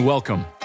Welcome